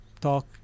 talk